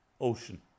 ocean